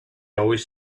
always